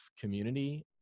community